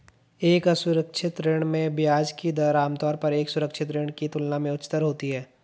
एक असुरक्षित ऋण में ब्याज की दर आमतौर पर एक सुरक्षित ऋण की तुलना में उच्चतर होती है?